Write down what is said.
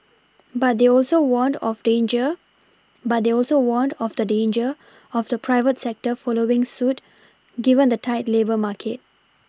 but they also warned of danger but they also warned of the danger of the private sector following suit given the tight labour market